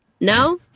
no